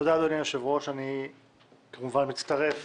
תודה אדוני היושב-ראש, אני כמובן מצטרף